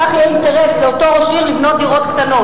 כך יהיה אינטרס לאותו ראש עיר לבנות דירות קטנות,